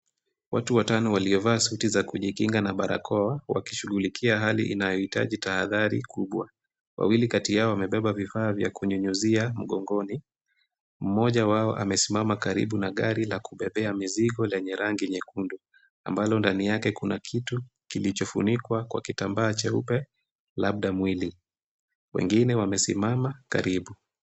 Watu watano waliovaa suti za kujikinga na barakoa wakishughulikia hali inayohitaji tahadhari kubwa. Wawili kati yao wamebeba vifaa vya kunyunyuzia mgongoni. Mmoja wao amesimama karibu na gari la kubebea mizigo lenye rangi nyekundu ambalo ndani yake kuna kitu kilichofunikwa kwa kitambaa cheupe labda mwili. Wengine wamesimama karibu.